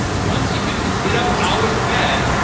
once you have to get up out of bed,